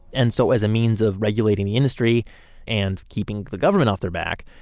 and so as a means of regulating the industry and keeping the government off their back,